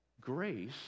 grace